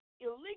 Illegal